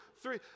three